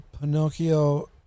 Pinocchio